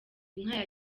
inka